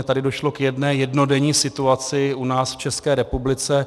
Tady došlo k jedné jednodenní situaci u nás, v České republice.